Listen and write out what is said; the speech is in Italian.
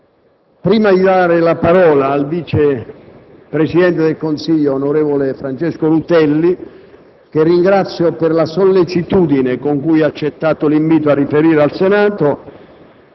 prima di dare la parola al vice presidente del Consiglio dei ministri, onorevole Francesco Rutelli, che ringrazio per la sollecitudine con cui ha accettato l'invito a riferire al Senato,